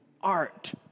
art